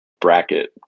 bracket